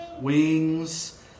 Wings